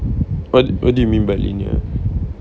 what what do you mean by linear